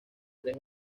tres